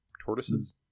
tortoises